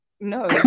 no